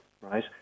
right